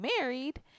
married